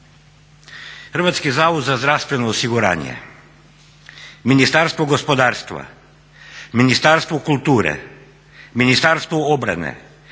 Hrvatski zavod za zdravstveno osiguranje, Ministarstvo gospodarstva, Ministarstvo kulture, Ministarstvo obrane,